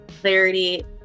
clarity